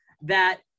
That-